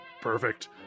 Perfect